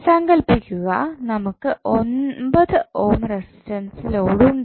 സങ്കൽപ്പിക്കുക നമുക്ക് 9 ohm resistance load ഉണ്ടെന്ന്